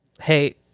hey